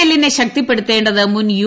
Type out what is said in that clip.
എല്ലിനെ ശക്തിപ്പെടുത്തേണ്ടത് മുൻ യു